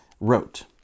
wrote